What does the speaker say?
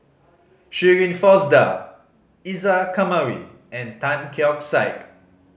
Shirin Fozdar Isa Kamari and Tan Keong Saik